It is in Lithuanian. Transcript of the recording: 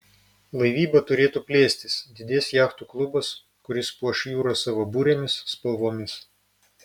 laivyba turėtų plėstis didės jachtų klubas kuris puoš jūrą savo burėmis spalvomis